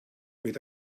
mit